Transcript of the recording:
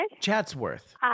Chatsworth